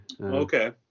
Okay